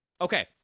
okay